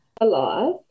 alive